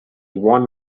one